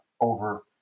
over